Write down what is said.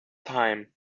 time